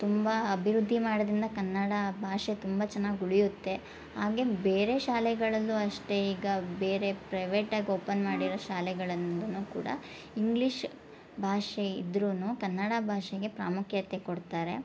ತುಂಬ ಅಭಿವೃದ್ಧಿ ಮಾಡೋದ್ರಿಂದ ಕನ್ನಡ ಭಾಷೆ ತುಂಬ ಚೆನ್ನಾಗಿ ಉಳಿಯುತ್ತೆ ಹಾಗೆ ಬೇರೆ ಶಾಲೆಗಳಲ್ಲೂ ಅಷ್ಟೇ ಈಗ ಬೇರೆ ಪ್ರೈವೇಟಾಗಿ ಓಪನ್ ಮಾಡಿರೋ ಶಾಲೆಗಳಂದೂ ಕೂಡ ಇಂಗ್ಲೀಷ್ ಭಾಷೆ ಇದ್ರೂ ಕನ್ನಡ ಭಾಷೆಗೆ ಪ್ರಾಮುಖ್ಯತೆ ಕೊಡ್ತಾರೆ